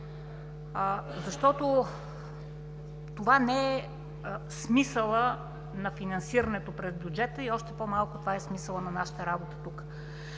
защото това не е смисълът на финансирането през бюджета и още по-малко това е смисълът на нашата работа тук.